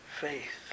faith